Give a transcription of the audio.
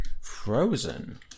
Frozen